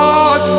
God